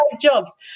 jobs